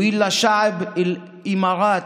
אל העם האמירתי,